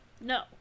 No